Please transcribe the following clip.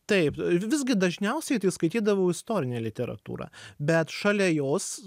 taip visgi dažniausiai tai skaitydavau istorinę literatūrą bet šalia jos